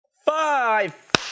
Five